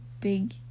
big